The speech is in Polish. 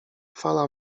fala